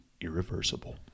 irreversible